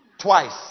twice